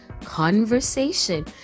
Conversation